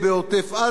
אם ממ"דים,